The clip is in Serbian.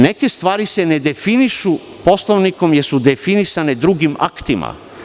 Neke stvari se ne definišu Poslovnikom, jer su definisane drugim aktima.